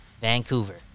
Vancouver